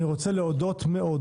אני רוצה להודות מאוד